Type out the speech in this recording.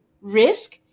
risk